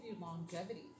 longevity